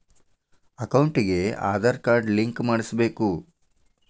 ಅಕೌಂಟಿಗೆ Aadhaar card link ಮಾಡಿಸಬೇಕು?